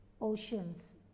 oceans